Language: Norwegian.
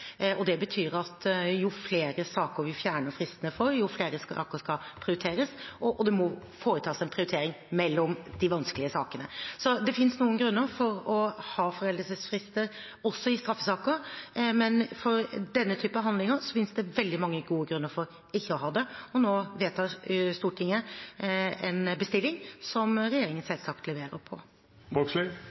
og det betyr at jo flere saker vi fjerner fristene for, jo flere saker skal prioriteres, og det må foretas en prioritering mellom de vanskelige sakene. Så det finnes noen grunner for å ha foreldelsesfrister også i straffesaker, men for denne typen handlinger finnes det veldig mange gode grunner for ikke å ha det, og nå vedtar Stortinget en bestilling som regjeringen selvsagt leverer på.